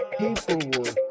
paperwork